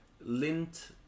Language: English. Lint